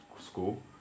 school